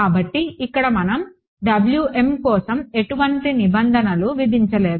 కాబట్టి ఇక్కడ మనం కోసం ఎటువంటి నిబంధనలు విధించలేదు